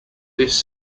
this